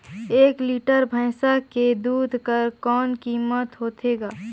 एक लीटर भैंसा के दूध कर कौन कीमत होथे ग?